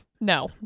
No